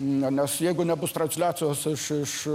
ne nes jeigu nebus transliacijos iš iš